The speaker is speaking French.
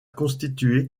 constituer